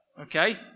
okay